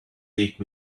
take